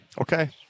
Okay